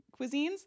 cuisines